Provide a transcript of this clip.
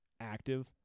active